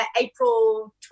April